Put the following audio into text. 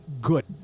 good